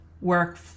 work